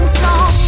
song